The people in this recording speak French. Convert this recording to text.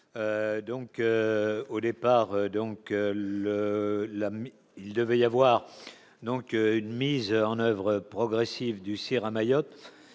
donc le la, il devait y avoir donc une mise en oeuvre progressive du CIR à Mayotte,